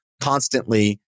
constantly